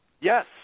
Yes